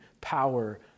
power